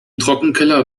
trockenkeller